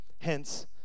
Hence